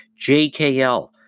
JKL